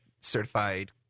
certified